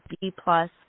B-plus